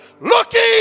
looking